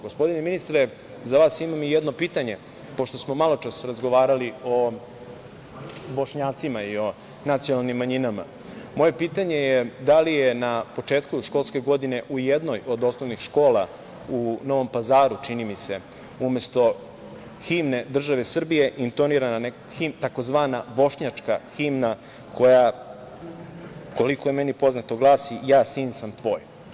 Gospodine, ministre, za vas imam jedno pitanje, pošto smo maločas razgovarali o Bošnjacima i nacionalnim manjinama, moje pitanje je, da li je na početku školske godine u jednoj od osnovnim škola u Novom Pazaru, čini mi se, umesto himne države Srbije intonirana tzv. bošnjačka himna koja, koliko je meni poznato, glasi – ja sin sam tvoj?